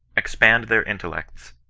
expand their intellects,